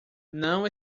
não